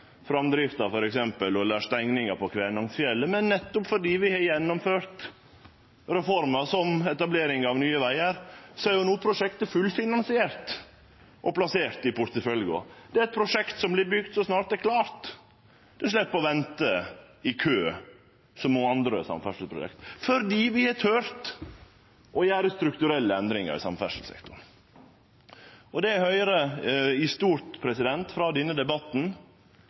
framdrifta og stenginga på Kvænangsfjellet, men nettopp fordi vi har gjennomført reformer, som etablering av Nye vegar, er prosjektet fullfinansiert og plassert i porteføljen. Det er eit prosjekt som vert bygt så snart det er klart, og det slepp å vente i kø som andre samferdselsprosjekt, fordi vi har tort å gjere strukturelle endringar i samferdselssektoren. Det ein har høyrt i stort frå denne debatten,